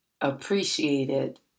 appreciated